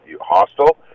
hostel